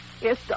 Yes